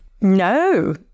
No